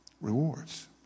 Rewards